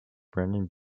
brendan